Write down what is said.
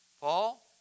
Paul